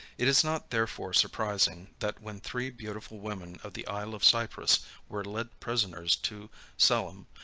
it is not therefore surprising, that when three beautiful women of the isle of cyprus were led prisoners to selim,